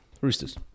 Roosters